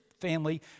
family